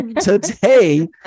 today